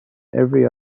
every